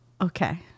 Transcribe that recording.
Okay